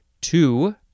Two